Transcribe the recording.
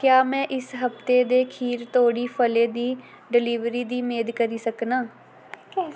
क्या में इस हफ्ते दे खीर धोड़ी फलें दी डिलीवरी दी मेद करी सकनां